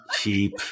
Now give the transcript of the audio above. cheap